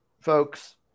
folks